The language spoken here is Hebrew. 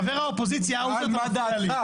מה סדר הדוברים?